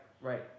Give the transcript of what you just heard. right